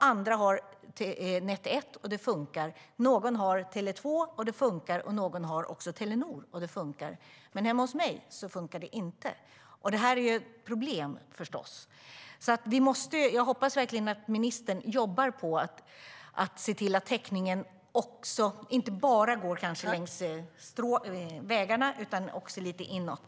Andra har Net 1, och det funkar. Någon har Tele 2, och det funkar. Någon har Telenor, och det funkar. Men hemma hos mig funkar det inte, och det är ett problem förstås. Jag hoppas verkligen att ministern jobbar på för att se till att täckning inte bara finns längs vägarna utan också lite inåt.